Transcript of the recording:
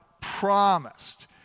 promised